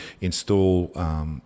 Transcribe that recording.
install